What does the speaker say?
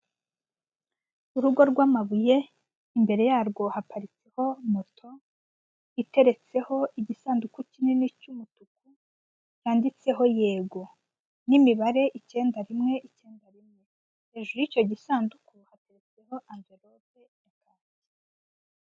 Urugo rw'amabuye, imbere yarwo haparitseho moto, iteretseho igisanduku kinini cy'umutuku, yanditseho yego. Ni imibare icyenda rimwe, icyenda rimwe, hejuru y'icyo gisanduku hateretseho amvirope y'umuhondo.